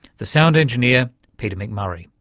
the sound engineer peter mcmurray.